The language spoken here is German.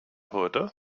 heute